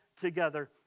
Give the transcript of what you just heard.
together